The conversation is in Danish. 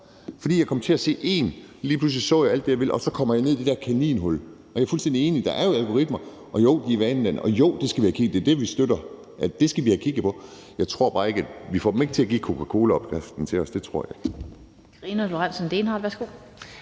Fordi jeg kom til at se én video, så jeg lige pludselig også noget andet, og så kom jeg ned i det der kaninhul, og jeg er jo fuldstændig enig i, at der er algoritmer, og jo, de er vanedannende, og jo, det skal vi have kigget på. Det er jo det, vi støtter, altså at vi skal have kigget på det. Jeg tror bare ikke, at vi får dem til at give Coca-Cola-opskriften til os. Det tror jeg ikke.